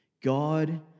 God